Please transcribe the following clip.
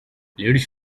ladies